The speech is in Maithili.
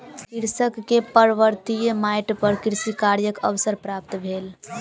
कृषक के पर्वतीय माइट पर कृषि कार्यक अवसर प्राप्त भेल